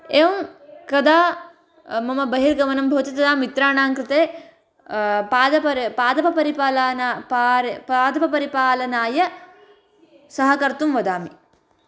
एवं कदा मम बहिर्गमनं भवति तदा मित्राणां कृते पादपर् पादपपरिपालन पार पादपपरिपालनाय सहकर्तुं वदामि